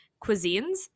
cuisines